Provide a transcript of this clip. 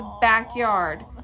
backyard